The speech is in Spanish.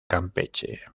campeche